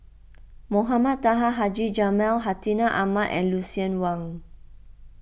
Mohamed Taha Haji Jamil Hartinah Ahmad and Lucien Wang